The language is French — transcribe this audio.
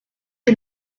est